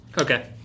Okay